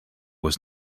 was